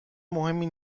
مهمی